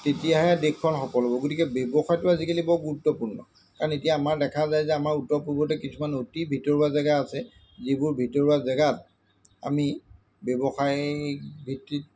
তেতিয়াহে দেশখন সফল হ'ব গতিকে ব্যৱসায়টো আজিকালি বৰ গুৰুত্বপূৰ্ণ কাৰণ এতিয়া আমাৰ দেখা যায় যে আমাৰ উত্তৰ পূবতে কিছুমান অতি ভিতৰুৱা জেগা আছে যিবোৰ ভিতৰুৱা জেগাত আমি ব্যৱসায় ভিত্তিত